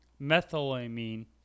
methylamine